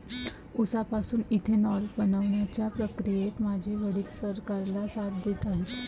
उसापासून इथेनॉल बनवण्याच्या प्रक्रियेत माझे वडील सरकारला साथ देत आहेत